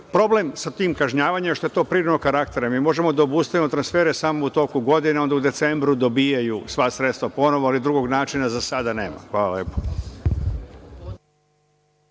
Problem sa tim kažnjavanjem je što je to privremenog karaktera. Mi možemo da obustavimo transfere samo u toku godine, onda u decembru dobijaju sva sredstva ponovo, ali drugog načina za sada nema. Hvala lepo.